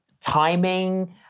timing